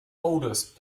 oldest